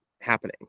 happening